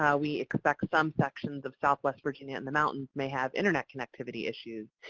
um we expect some sections of southwest virginia in the mountains may have internet connectivity issues.